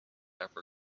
ever